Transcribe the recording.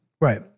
Right